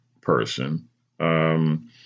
person